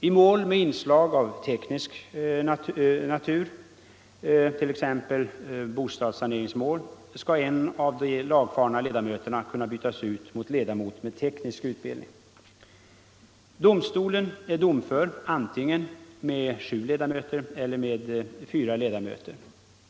I mål med inslag av teknisk natur, t.ex. bostadssaneringsmål, skall en av de lagfarna ledamöterna kunna bytas ut mot ledamot med teknisk utbildning. Domstolen är domför antingen med sju ledamöter eller med fyra ledamöter.